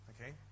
Okay